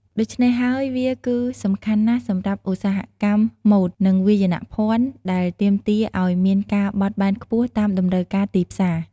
ដូច្នេះហើយវាគឺសំខាន់ណាស់សម្រាប់ឧស្សាហកម្មម៉ូដ និងវាយនភ័ណ្ឌ ដែលទាមទារអោយមានការបត់បែនខ្ពស់តាមតម្រូវការទីផ្សារ។